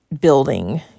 building